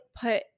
put